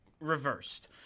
reversed